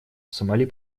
сомали